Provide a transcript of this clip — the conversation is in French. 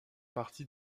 partie